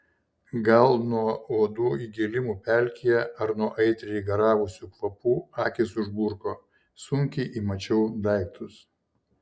gal nuo uodų įgėlimų pelkėje ar nuo aitriai garavusių kvapų akys užburko sunkiai įmačiau daiktus